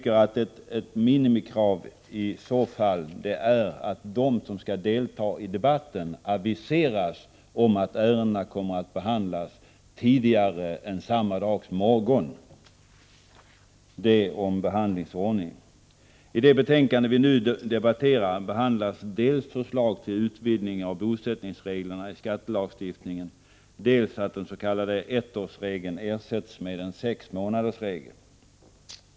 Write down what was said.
Ett minimikrav bör i så fall vara att de som skall delta i debatten aviseras tidigare än samma dags morgon om när ärendena kommer att behandlas. I det betänkande vi nu debatterar behandlas dels ett förslag till utvidgning av bosättningsreglerna i skattelagstiftningen, dels ett förslag om att den s.k. ettårsregeln ersätts med en sexmånadersregel.